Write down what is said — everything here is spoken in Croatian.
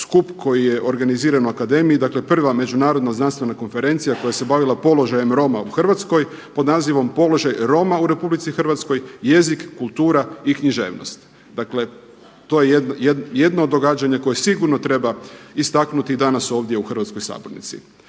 skup koji je organiziran u akademiji, dakle prva Međunarodna znanstvena konferencija koja se bavila položajem Roma u Hrvatskoj pod nazivom „Položaj Roma u RH, jezik, kultura i književnost“. Dakle, to je jedno događanje koje sigurno treba istaknuti danas ovdje u hrvatskoj sabornici.